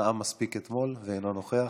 נאם מספיק אתמול ואינו נוכח,